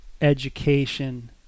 education